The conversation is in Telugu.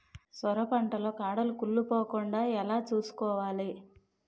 సొర పంట లో కాడలు కుళ్ళి పోకుండా ఎలా చూసుకోవాలి?